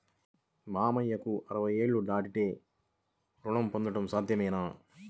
మామయ్యకు అరవై ఏళ్లు దాటితే రుణం పొందడం సాధ్యమేనా?